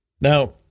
Now